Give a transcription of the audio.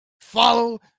Follow